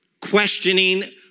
questioning